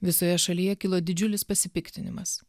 visoje šalyje kilo didžiulis pasipiktinimas